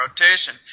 rotation